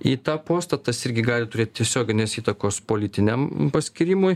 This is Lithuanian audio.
į tą postą tas irgi gali turėt tiesioginės įtakos politiniam paskyrimui